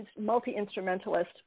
multi-instrumentalist